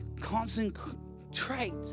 concentrate